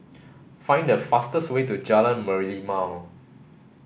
find the fastest way to Jalan Merlimau